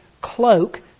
cloak